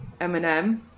eminem